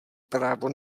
právo